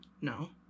No